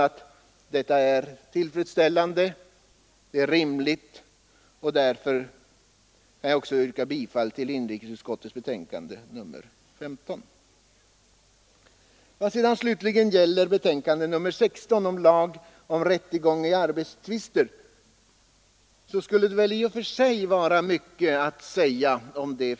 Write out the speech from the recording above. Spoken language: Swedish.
Jag finner detta tillfredsställande och yrkar därför bifall till inrikesutskottets hemställan i betänkandet nr 15. Om förslaget i betänkandet nr 16 beträffande lag om rättegång i arbetstvister skulle det i och för sig vara mycket att säga.